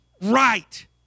right